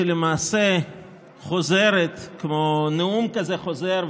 שלמעשה חוזרת כמו נאום כזה חוזר,